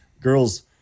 girls